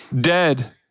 dead